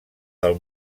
del